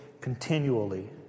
continually